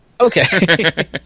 Okay